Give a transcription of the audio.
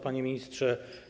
Panie Ministrze!